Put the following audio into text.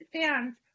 fans